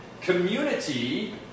community